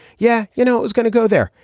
yeah, you know, it was gonna go there.